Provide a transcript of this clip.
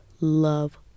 love